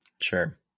Sure